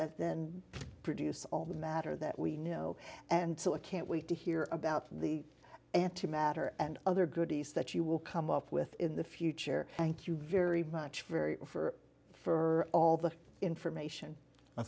that then produce all the matter that we know and so i can't wait to hear about the anti matter and other goodies that you will come up with in the future thank you very much very for for all the information